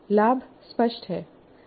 लाभ स्पष्ट हैं